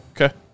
Okay